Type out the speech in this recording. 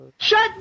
Shut